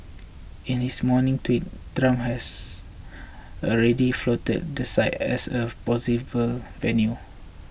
in his morning tweet Trump has already floated the site as a possible venue